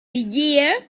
year